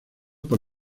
por